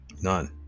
None